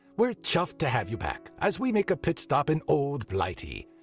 we're chuffed to have you back as we make a pit stop in old blighty.